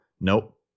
nope